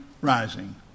Rising